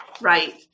right